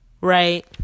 Right